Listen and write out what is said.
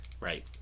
right